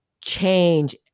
change